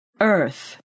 Earth